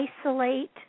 isolate